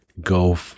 go